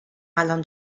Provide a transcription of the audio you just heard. الان